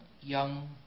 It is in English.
young